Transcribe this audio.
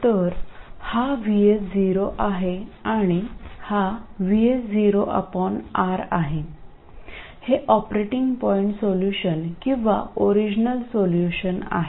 तर हा VS0 आहे आणि हा VS0R आहे आणि हे ऑपरेटिंग पॉईंट सोल्यूशन किंवा ओरिजिनल सोल्यूशन आहे